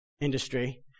industry